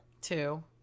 Two